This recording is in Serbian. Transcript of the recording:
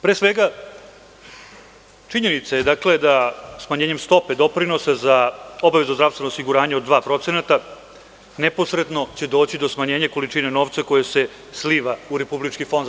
Pre svega, činjenica je dakle, da smanjenjem stope doprinosa za obavezno zdravstveno osiguranje od 2% ne posredno će doći do smanjenja količine novca koji se sliva u RFZO.